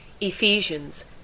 Ephesians